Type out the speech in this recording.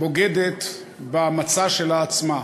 בוגדת במצע שלה עצמה.